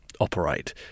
operate